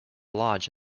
lodge